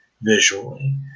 visually